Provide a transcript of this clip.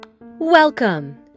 Welcome